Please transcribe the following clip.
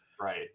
right